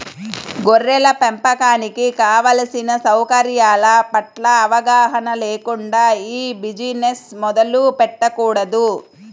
గొర్రెల పెంపకానికి కావలసిన సౌకర్యాల పట్ల అవగాహన లేకుండా ఈ బిజినెస్ మొదలు పెట్టకూడదు